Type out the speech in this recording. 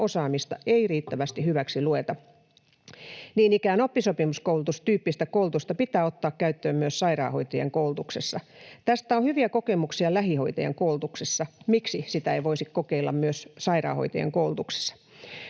osaamista ei riittävästi hyväksilueta. Niin ikään oppisopimuskoulutustyyppistä koulutusta pitää ottaa käyttöön myös sairaanhoitajien koulutuksessa. Tästä on hyviä kokemuksia lähihoitajien koulutuksessa. Miksi sitä ei voisi kokeilla myös sairaanhoitajien koulutuksessa?